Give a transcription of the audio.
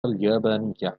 اليابانية